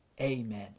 Amen